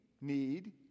need